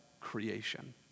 creation